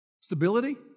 Stability